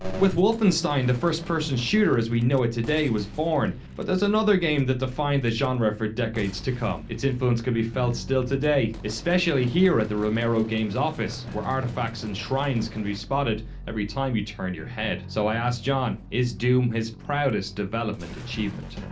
with wolfenstein, the first person shooter, as we know it today was born. but there's another game that defined the genre for decades to come, its influence can be felt still today. especially here at the romero games office, where artifacts and shrines can be spotted every time you turn your head. so, i asked john, is doom his proudest development achievement?